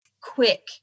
quick